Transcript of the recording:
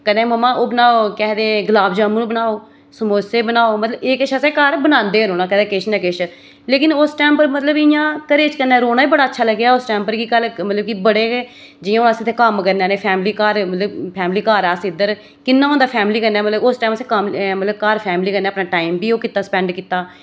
कदें मम्मा ओह् बनाओ केह् आखदे गुलाब जामुन बनाओ समोसे बनाओ मतलब एह् किश असें घर बनांदे रौह्ना कदें किश ना किश लेकिन उस टाइम पर मतलब इंया घरै च रौह्ना गै बड़ा अच्छा लग्गेआ उस टाइम पर कि मतलब कि बड़े गै जियां अस इत्थै कम्म करने आह्ले फैमिली घर अस इद्धर किन्ना होंदा फैमिली कन्नै मतलब उस टाइम असें घर फैमिली कन्नै अपना टाइम बी ओह् कीता स्पैंड कीता